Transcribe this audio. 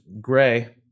gray